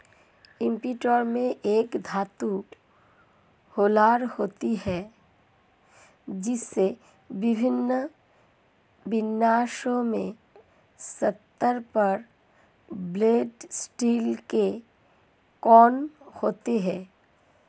imprinter में एक धातु रोलर होता है, जिसमें विभिन्न विन्यासों में सतह पर वेल्डेड स्टील के कोण होते हैं